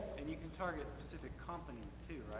and you can target specific companies too,